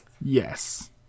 Yes